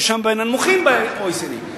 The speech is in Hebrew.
שם בין הנמוכים ב-OECD.